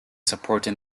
supporting